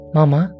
Mama